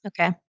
Okay